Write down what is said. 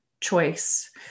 choice